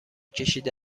کشیده